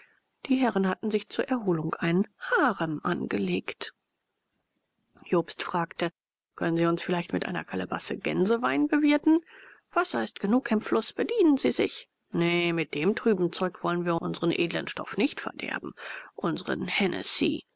die herren hatten sich zur erholung einen harem angelegt jobst fragte könnten sie uns vielleicht mit einer kalebasse gänsewein bewirten wasser ist genug im fluß bedienen sie sich nee mit dem trüben zeug wollen wir uns unsren edlen stoff nicht verderben unsren hennesy